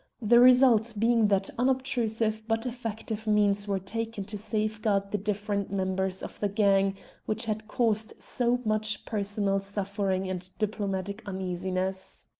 the result being that unobtrusive but effective means were taken to safeguard the different members of the gang which had caused so much personal suffering and diplomatic uneasiness.